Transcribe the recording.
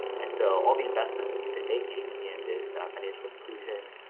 and so all the investment that we've been making in this financial inclusion,